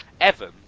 Evan